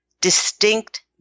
distinct